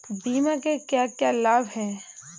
बीमा के क्या क्या लाभ हैं?